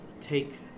take